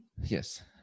Yes